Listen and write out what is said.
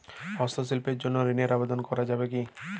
হস্তশিল্পের জন্য ঋনের আবেদন করা যাবে কি?